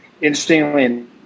interestingly